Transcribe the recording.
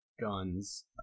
guns